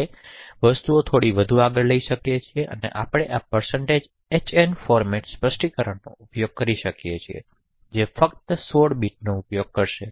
આપણે વસ્તુઓ થોડી વધુ આગળ લઈ શકીએ છીએ અને આપણે આ hn ફોર્મેટ સ્પષ્ટીકરણનો ઉપયોગ કરી શકીએ છીએ જે ફક્ત 16 બિટ્સનો ઉપયોગ કરશે